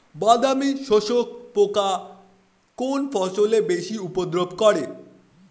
বাদামি শোষক পোকা কোন ফসলে বেশি উপদ্রব করে?